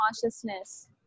consciousness